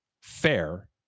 fair